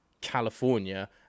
california